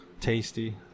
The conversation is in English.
tasty